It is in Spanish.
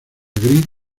gris